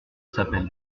s’appelle